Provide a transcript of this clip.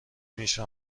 میشه